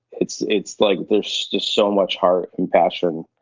it's it's like there's just so much heart and passion.